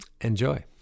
enjoy